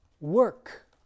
work